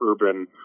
urban